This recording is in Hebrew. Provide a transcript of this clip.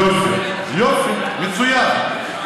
יופי, יופי, מצוין.